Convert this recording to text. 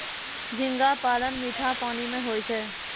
झींगा पालन मीठा पानी मे होय छै